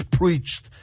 preached